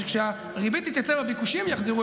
שכשהריבית תתייצב והביקושים יחזרו,